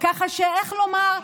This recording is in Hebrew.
ככה שאיך לומר?